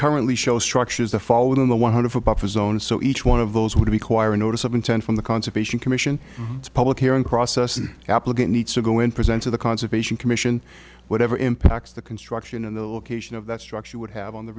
currently show structures to fall within the one hundred foot buffer zone so each one of those would require a notice of intent from the conservation commission public hearing process the applicant needs to go and present to the conservation commission whatever impacts the construction and the location of that structure would have on the